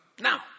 Now